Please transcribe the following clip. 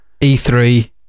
E3